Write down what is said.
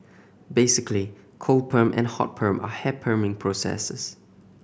basically cold perm and hot perm are hair perming processes